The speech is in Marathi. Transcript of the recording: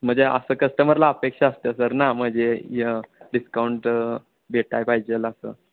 म्हणजे असं कस्टमरला अपेक्षा असते सर ना म्हणजे य डिस्काउंट भेटायला पाहिजेल असं